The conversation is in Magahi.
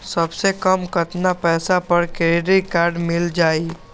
सबसे कम कतना पैसा पर क्रेडिट काड मिल जाई?